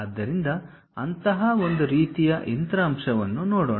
ಆದ್ದರಿಂದ ಅಂತಹ ಒಂದು ರೀತಿಯ ಯಂತ್ರ ಅಂಶವನ್ನು ನೋಡೋಣ